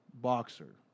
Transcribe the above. boxer